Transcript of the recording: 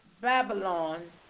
Babylon